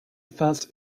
first